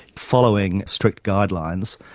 following strict guidelines,